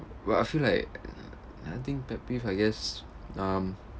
well I feel like err I think pet peeve I guess um